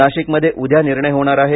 नाशिकमध्ये उद्या निर्णय होणार आहे